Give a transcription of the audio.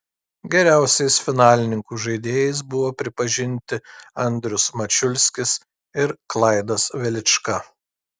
geriausiais finalininkų žaidėjais buvo pripažinti andrius mačiulskis ir klaidas velička